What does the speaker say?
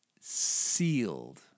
sealed